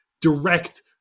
direct